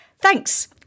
Thanks